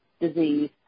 disease